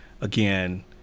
again